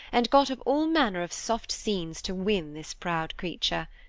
and got up all manner of soft scenes to win this proud creature.